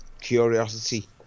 curiosity